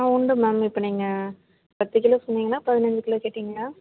ஆ உண்டு மேம் இப்போ நீங்கள் பத்து கிலோ சொன்னீங்களா பதினைஞ்சு கிலோ கேட்டீங்களா